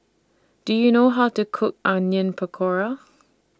Do YOU know How to Cook Onion Pakora